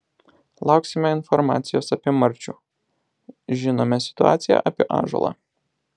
lauksime informacijos apie marčių žinome situaciją apie ąžuolą